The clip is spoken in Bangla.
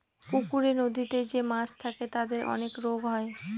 পুকুরে, নদীতে যে মাছ থাকে তাদের অনেক রোগ হয়